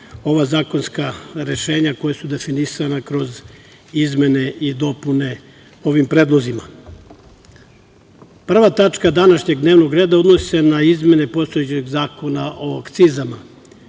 ova zakonska rešenja koja su definisana kroz izmene i dopune ovim predlozima. Prva tačka današnjeg dnevnog reda odnosi se na izmene postojećeg Zakona o akcizama.